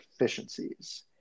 efficiencies